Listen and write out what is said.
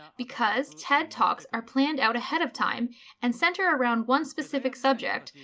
because ted talks are planned out ahead of time and center around one specific subject.